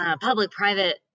public-private